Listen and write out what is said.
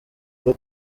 rwo